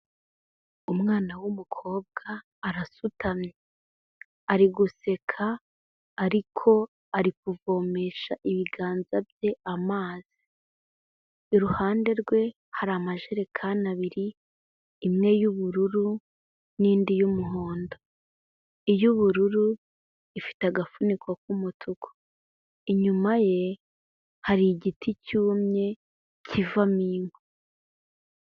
Umwana w'umukobwa arasutamye ari guseka ariko ari kuvomesha ibiganza bye amazi, iruhande rwe hari amajerekani abiri, imwe y'ubururu n'indi y'umuhondo, iy'ubururu ifite agafuniko k'umutuku, inyuma ye hari igiti cyumye kivamo inkwi.